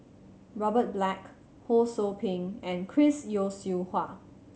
Robert Black Ho Sou Ping and Chris Yeo Siew Hua